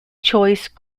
choice